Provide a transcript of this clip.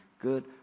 good